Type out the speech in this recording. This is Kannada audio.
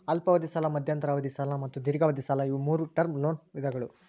ಅಲ್ಪಾವಧಿ ಸಾಲ ಮಧ್ಯಂತರ ಅವಧಿ ಸಾಲ ಮತ್ತು ದೇರ್ಘಾವಧಿ ಸಾಲ ಇವು ಮೂರೂ ಟರ್ಮ್ ಲೋನ್ ವಿಧಗಳ